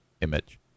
Image